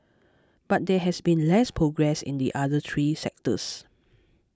but there has been less progress in the other three sectors